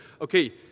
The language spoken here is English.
okay